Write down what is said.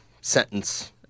sentence